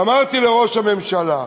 ואמרתי לראש הממשלה,